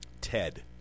Ted